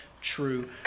true